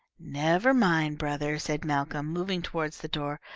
never mind, brother, said malcolm, moving toward the door.